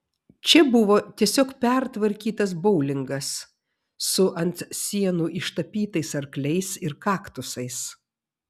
čia buvo tiesiog pertvarkytas boulingas su ant sienų ištapytais arkliais ir kaktusais